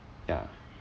yeah